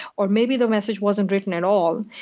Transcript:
or maybe the message wasn't written at all.